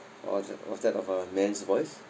was was that of a man's voice